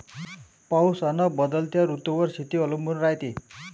पाऊस अन बदलत्या ऋतूवर शेती अवलंबून रायते